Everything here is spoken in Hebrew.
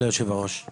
הישיבה ננעלה בשעה